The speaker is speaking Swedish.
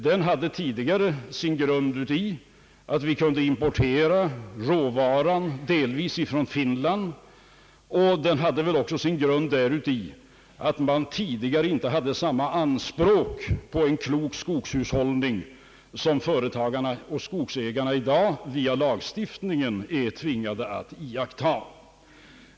Den hade tidigare sin grund uti att vi kunde delvis importera råvaran ifrån Finland och den hade väl också sin grund däruti att man tidigare inte hade samma anspråk på en klok skogshushållning som företagarna och skogsägarna i dag via lagstiftningen är tvingade att iakttaga.